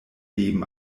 leben